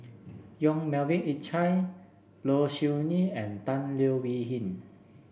Yong Melvin Yik Chye Low Siew Nghee and Tan Leo Wee Hin